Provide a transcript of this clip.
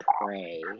pray